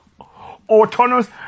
Autonomous